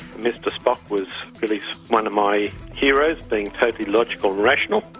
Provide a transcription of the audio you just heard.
mr spock was really one of my heroes, being totally, logically, rational.